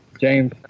James